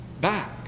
back